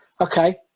Okay